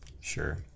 Sure